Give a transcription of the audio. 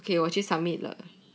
okay 我去 submit